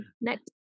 next